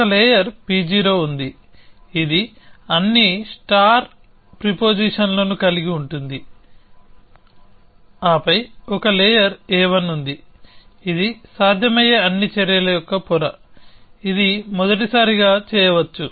ఒక layer P0 ఉంది ఇది అన్ని స్టార్ ప్రిపోజిషన్లను కలిగి ఉంటుంది ఆపై ఒక లేయర్ A1 ఉంది ఇది సాధ్యమయ్యే అన్ని చర్యల యొక్క పొర ఇది మొదటిసారిగా చేయవచ్చు